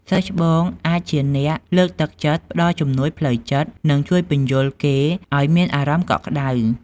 សិស្សច្បងអាចជាអ្នក លើកទឹកចិត្ត ផ្តល់ជំនួយផ្លូវចិត្ត និងជួយពួកគេឲ្យមានអារម្មណ៍កក់ក្តៅ។